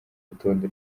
rutonde